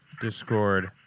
discord